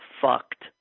fucked